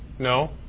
No